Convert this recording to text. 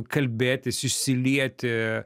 kalbėtis išsilieti